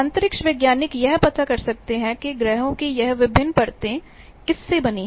अंतरिक्ष वैज्ञानिक यह पता करते हैं कि ग्रहों की यह विभिन्न परतें किससे बनी हैं